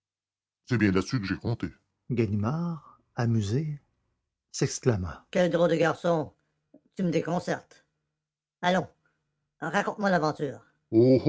c'est bien là-dessus que j'ai compté ganimard amusé s'exclama quel drôle de garçon vous faites vous me déconcertez allons racontez-moi l'aventure